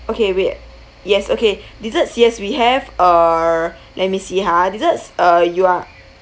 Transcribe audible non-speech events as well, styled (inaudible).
okay wait yes okay (breath) desserts yes we have uh let me see ha desserts uh you are